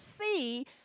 see